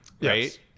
right